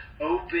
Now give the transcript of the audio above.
Open